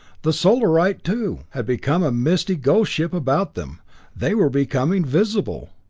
the solarite, too, had become a misty ghost ship about them they were becoming visible!